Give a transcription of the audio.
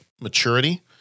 maturity